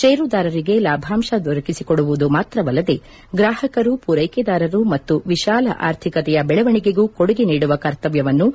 ಷೇರುದಾರರಿಗೆ ಲಾಭಾಂಶ ದೊರಕಿಸಿಕೊಡುವುದು ಮಾತ್ರವಲ್ಲದೆ ಗ್ರಾಹಕರು ಪೂರ್ವೆಕೆದಾರರು ಮತ್ತು ವಿಶಾಲ ಆರ್ಥಿಕತೆಯ ಬೆಳವಣಿಗೆಗೂ ಕೊಡುಗೆ ನೀಡುವ ಕರ್ತವ್ಯವನ್ನು